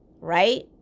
Right